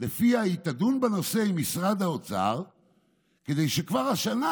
שלפיה היא תדון בנושא עם משרד האוצר כדי שכבר השנה,